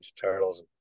turtles